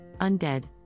Undead